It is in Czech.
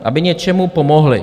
Aby něčemu pomohly.